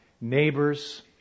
neighbors